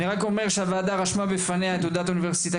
אני רק אומר שהוועדה רשמה בפניה את תגובת האוניברסיטה,